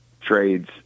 trades